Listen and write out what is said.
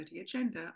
Agenda